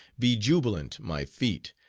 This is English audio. be jubilant my feet!